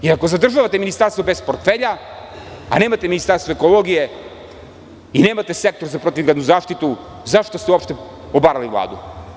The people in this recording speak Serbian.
Iako zadržavate ministarstvo bez portfelja, a nemate Ministarstvo ekologije i nemate Sektor za protivgradnu zaštitu, zašto ste uopšte obarali Vladu?